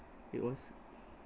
it was